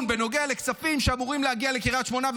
בנוגע לכספים שאמורים להגיע לקריית שמונה.